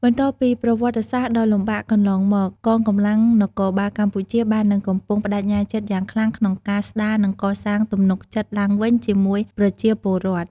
បន្ទាប់ពីប្រវត្តិសាស្ត្រដ៏លំបាកកន្លងមក កងកម្លាំងនគរបាលកម្ពុជាបាននឹងកំពុងប្ដេជ្ញាចិត្តយ៉ាងខ្លាំងក្នុងការស្ដារ និងកសាងទំនុកចិត្តឡើងវិញជាមួយប្រជាពលរដ្ឋ។